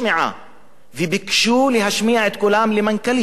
וביקשו להשמיע את קולם למנכ"לית, למשרד החינוך,